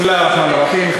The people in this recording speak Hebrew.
בסם אללה א-רחמאן א-רחים.